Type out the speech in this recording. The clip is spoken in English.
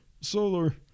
Solar